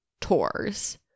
tours